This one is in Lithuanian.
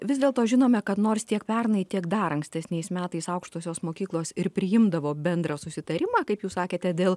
vis dėlto žinome kad nors tiek pernai tiek dar ankstesniais metais aukštosios mokyklos ir priimdavo bendrą susitarimą kaip jūs sakėte dėl